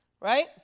Right